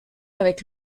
avec